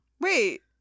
Wait